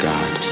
God